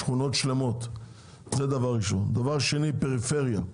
הדבר השני הוא פריפריה.